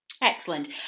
Excellent